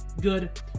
good